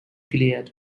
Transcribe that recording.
gilead